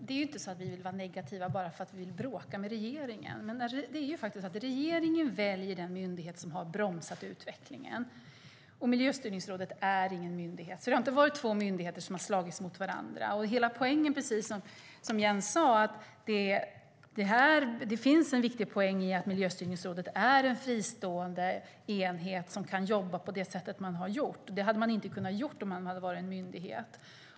Herr talman! Vi är inte negativa bara för att bråka med regeringen, men regeringen väljer den myndighet som har bromsat utvecklingen. Miljöstyrningsrådet är ingen myndighet, så det har inte varit två myndigheter som har slagits mot varandra. En viktig poäng är, precis som Jens sade, att Miljöstyrningsrådet är en fristående enhet som kan jobba på det sätt man gjort. Det hade man inte kunnat göra om man hade varit en myndighet.